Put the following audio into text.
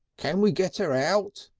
can we get her out?